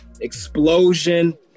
explosion